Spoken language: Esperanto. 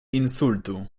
insultu